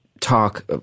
talk